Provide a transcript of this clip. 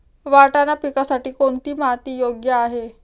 वाटाणा पिकासाठी कोणती माती योग्य आहे?